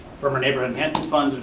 from our neighborhood enhancement fund,